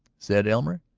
said elmer,